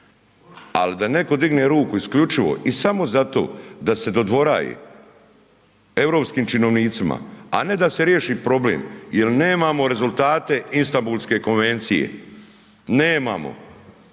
al da netko digne ruke isključivo i samo zato da se dodvoraje europskim činovnicima, a ne da se riješi problem jel nemamo rezultate Istambulske konvencije, nemamo,